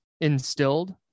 instilled